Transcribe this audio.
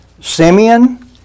Simeon